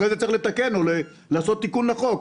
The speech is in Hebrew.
ואחר כך כבר יהיה צורך לעשות תיקון לחוק.